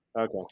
Okay